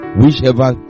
whichever